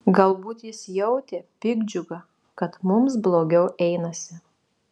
galbūt jis jautė piktdžiugą kad mums blogiau einasi